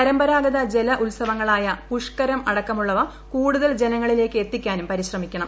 പരമ്പരാഗത ജല ഉത്സവങ്ങളായ പുഷ്കരം അടക്കമുള്ളവ കൂടുതൽ ജനങ്ങളിലേക്ക് എത്തിക്കാനും പരിശ്രമിക്കണം